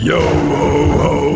Yo-ho-ho